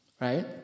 right